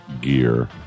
gear